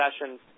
sessions